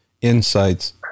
insights